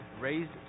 raised